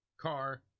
car